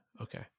Okay